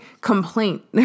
complaint